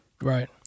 Right